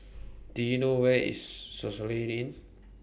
Do YOU know Where IS Soluxe Inn